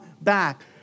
back